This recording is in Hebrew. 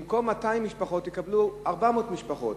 במקום 200 משפחות יקבלו 400 משפחות.